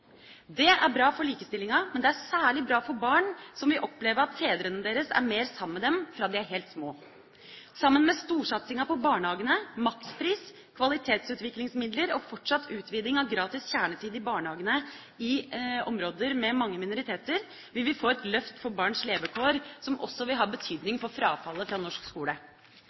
Det er bra for likestillinga, men det er særlig bra for barn som vil oppleve at fedrene deres er mer sammen med dem fra de er helt små. Sammen med storsatsinga på barnehagene, makspris, kvalitetsutviklingsmidler og fortsatt utviding av gratis kjernetid i barnehagene i områder med mange minoriteter vil vi få et løft i barns levekår, som også vil ha betydning for frafallet i norsk skole.